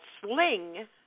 sling